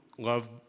Love